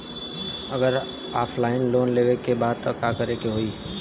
अगर offline loan लेवे के बा त का करे के होयी?